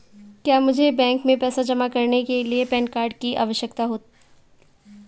क्या मुझे बैंक में पैसा जमा करने के लिए पैन कार्ड की आवश्यकता है?